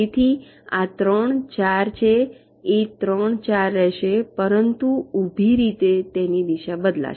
તેથી આ 3 4 છે એ 3 4 રહેશે પરંતુ ઊભી રીતે તેની દિશા બદલાશે